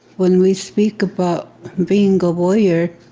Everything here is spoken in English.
when we speak about being a warrior,